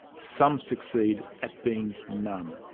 some succeed at being none.